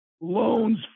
loans